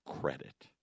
credit